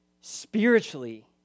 spiritually